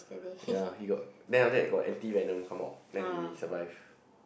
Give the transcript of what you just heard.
ya he got then after that he got anti Venom come out then he survived